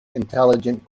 intelligent